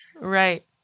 Right